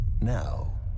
now